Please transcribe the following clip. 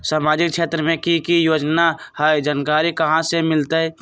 सामाजिक क्षेत्र मे कि की योजना है जानकारी कहाँ से मिलतै?